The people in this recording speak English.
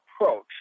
approach